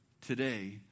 today